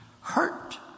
hurt